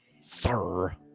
sir